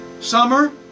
Summer